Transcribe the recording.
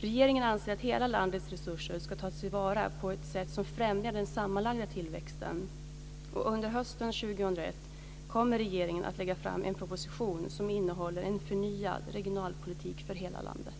Regeringen anser att hela landets resurser ska tas till vara på ett sätt som främjar den sammanlagda tillväxten. Under hösten 2001 kommer regeringen att lägga fram en proposition som innehåller en förnyad regionalpolitik för hela landet.